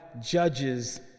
judges